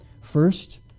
First